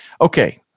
Okay